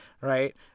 right